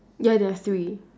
ya there are three